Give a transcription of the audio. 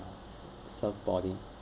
s~ surfboarding